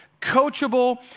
coachable